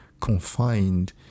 confined